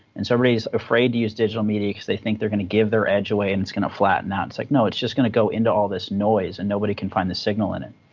and so everybody's afraid to use digital media because they think they're going to give their edge away and it's going to flatten out. it's like no, it's just going to go into all this noise, and nobody can find the signal in it.